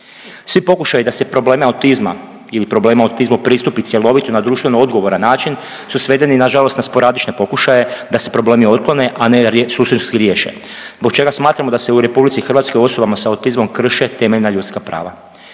Svi pokušaji da se probleme autizma ili problema autizmom pristupi cjelovito i na društveno odgovoran način su svedeni, nažalost na sporadične pokušaje da se problemi otklone, a ne .../nerazumljivo/... riješe, zbog čega smatramo da se u RH osobama s autizmom krše temeljna ljudska prava.